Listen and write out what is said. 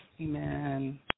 Amen